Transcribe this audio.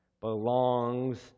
belongs